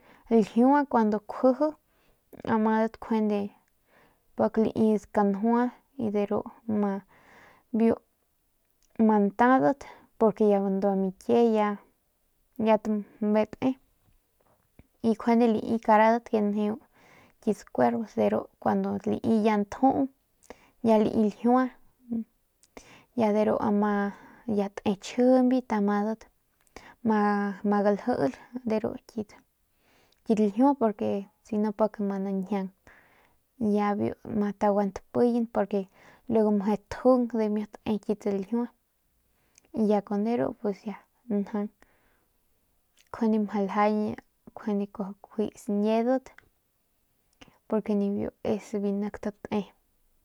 Ljiua kuandu kjuji amadat njuande pik lai kanjua y dru ma biu ma ntaudat porque ya bandua mikie ya bijiy te y njuande lai karadat ke njeu kit cuervos de ru cuando lai ya ljiua ya de ru a ma te chjijiñbet ma galjilbat de ru kit ljiua porque si no nep ma gaiñjuan ya biu taguan tapiyan porque luego maje tjung damiut te kit ljiua y ya con deru njaung kjuende majau ljaiñ cuaju kjuis ñiedat porque nibiu es biu nik date.